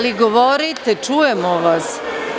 Ali, govorite, čujemo vas.